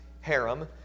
harem